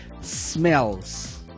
smells